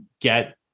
get